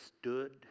stood